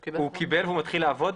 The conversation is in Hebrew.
הוא קיבל והוא מתחיל לעבוד?